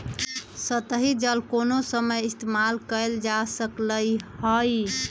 सतही जल कोनो समय इस्तेमाल कएल जा सकलई हई